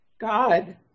God